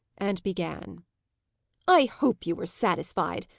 and began i hope you are satisfied!